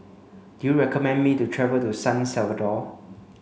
do you recommend me to travel to San Salvador